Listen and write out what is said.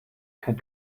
kein